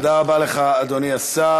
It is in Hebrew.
תודה רבה לך, אדוני השר.